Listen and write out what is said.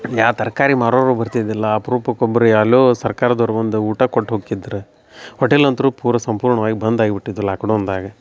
ಯಾವ ತರಕಾರಿ ಮಾರೋರು ಬರ್ತಿದಿಲ್ಲಾ ಅಪ್ರೂಪಕ್ಕೆ ಒಬ್ಬರು ಎಲೋ ಸರ್ಕಾರದವ್ರು ಬಂದ ಊಟ ಕೊಟ್ಟು ಹೋಕ್ಕಿದ್ರು ಹೋಟೆಲ್ ಅಂತ್ರು ಪೂರ ಸಂಪೂರ್ಣವಾಗಿ ಬಂದ್ ಆಗ್ಬಿಟ್ಟಿದ್ವು ಲಾಕ್ಡೌನ್ದಾಗ